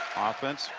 offense,